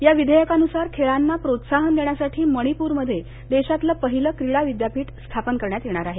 या विधेयकानुसार खेळांना प्रोत्साहन देण्यासाठी मणीपूरमध्ये देशातलं पहिलं क्रीडा विद्यापीठ स्थापन करण्यात येणार आहे